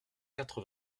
quatre